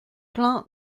plein